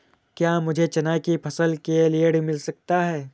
क्या मुझे चना की फसल के लिए ऋण मिल सकता है?